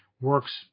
works